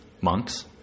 monks